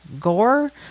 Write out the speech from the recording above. gore